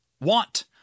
want